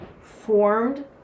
formed